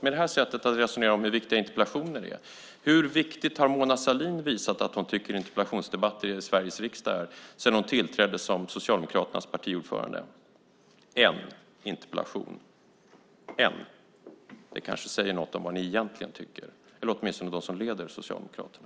Med det här sättet att resonera om hur viktiga interpellationer är undrar jag hur Mona Sahlin har visat att hon tycker att interpellationsdebatter i Sveriges riksdag är viktiga, sedan hon tillträdde som Socialdemokraternas partiordförande. Det handlar om en interpellation. Det kanske säger något om vad ni egentligen tycker, eller åtminstone de som leder Socialdemokraterna.